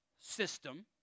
system